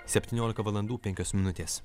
septyniolika valandų penkios minutės